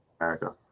America